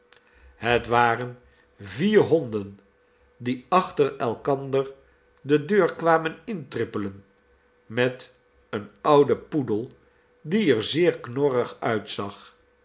het waren vier honden die achter elkander de deur kwamen intrippelen met een ouden poedel die er zeer knorrig uitzag